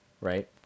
right